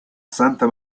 santa